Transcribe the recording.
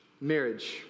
marriage